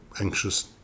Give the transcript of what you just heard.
anxious